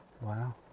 wow